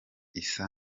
isa